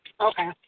Okay